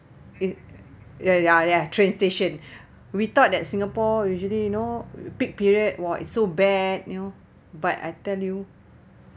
it ya ya ya train station we thought that singapore usually you know peak period !wah! it's so bad you know but I tell you